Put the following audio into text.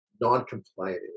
non-compliant